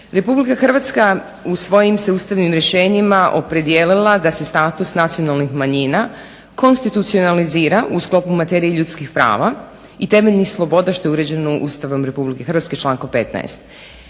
demokracija. RH u svojim se ustavnim rješenjima opredijelila da se status nacionalnih manjina konstititucionalizira u sklopu materije ljudskih prava i temeljnih sloboda što je uređeno Ustavom RH člankom 15.